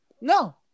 No